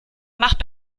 macht